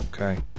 Okay